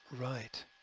right